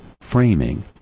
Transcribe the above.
framing